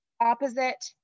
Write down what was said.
opposite